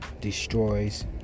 Destroys